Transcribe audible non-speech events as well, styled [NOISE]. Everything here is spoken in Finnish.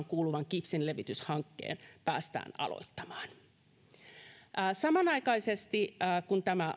[UNINTELLIGIBLE] kuuluva kipsin levityshanke päästään aloittamaan samanaikaisesti kun tämä